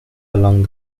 along